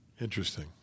Interesting